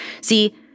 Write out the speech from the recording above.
See